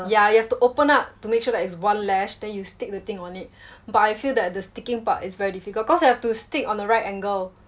yeah you have to open up to make sure that is one lash then you stick the thing on it but I feel that the sticking part is very difficult cause you have to stick on the right angle